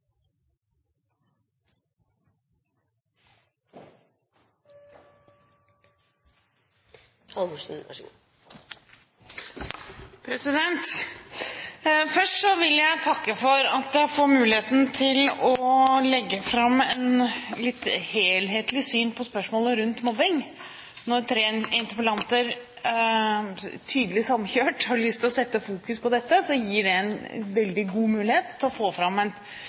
Først vil jeg takke for at jeg får muligheten til å legge fram et litt helhetlig syn på spørsmålet rundt mobbing. Når tre interpellanter – tydelig samkjørt – har lyst til å fokusere på dette, så gir det en veldig god mulighet til å få fram en